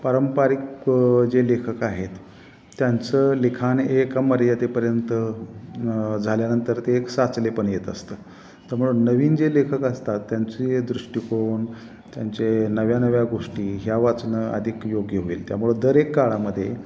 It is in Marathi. पारंपरिक जे लेखक आहेत त्यांचं लिखाण एक अमर्यादेपर्यंत झाल्यानंतर ते एक साचलेपण येत असतं त्यामुळं नवीन जे लेखक असतात त्यांचे दृष्टिकोन त्यांचे नव्या नव्या गोष्टी ह्या वाचनं अधिक योग्य होईल त्यामुळे दरएक काळामध्ये